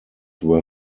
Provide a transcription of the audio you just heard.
were